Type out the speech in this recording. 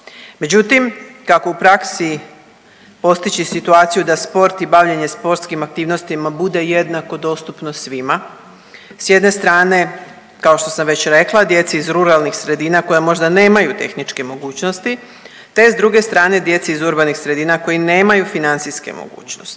međutim kako u praksi postići situaciju da sport i bavljenje sportskim aktivnostima bude jednako dostupno svima, s jedne strane kao što sam već rekla, djeci iz ruralnih sredina koja možda nemaju tehničke mogućnosti, te s druge strane djeci iz urbanih sredina koji nemaju financijske mogućnosti.